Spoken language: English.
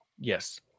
Yes